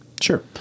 sure